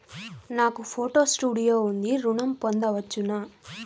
నాకు photo studio ఉంది ఋణం పొంద వచ్చునా?